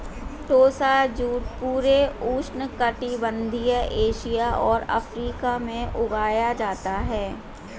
टोसा jute पूरे उष्णकटिबंधीय Asia और अफ्रीका में उगाया जाता है